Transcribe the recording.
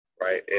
Right